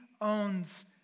owns